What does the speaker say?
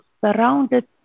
surrounded